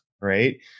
right